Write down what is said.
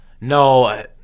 No